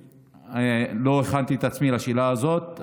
לא הכנתי את עצמי לשאלה הזאת.